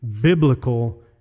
biblical